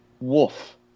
Wolf